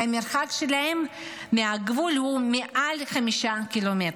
כי המרחק שלהם מהגבול הוא מעל 5 ק"מ.